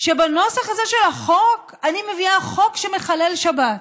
שבנוסח הזה של החוק, אני מביאה חוק מחלל שבת.